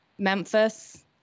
Memphis